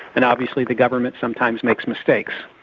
and obviously the government sometimes makes mistakes.